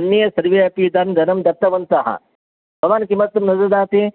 अन्ये सर्वे अपि इदानीं धनं दत्तवन्तः भवान् किमर्थं न ददाति